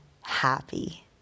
happy